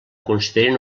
considerin